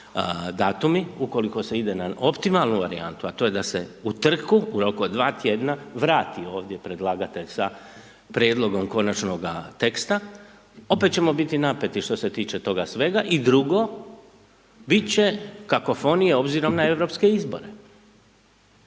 datumi, ukoliko se ide na optimalnu varijantu, a to je da se u trku, u roku od 2 tjedna, vrati ovdje predlagatelj sa prijedlogom konačnoga teksta, opet ćemo biti napeti što se tiče toga svega i drugo, bit će kakofonija obzirom na europske izbore.